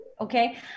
Okay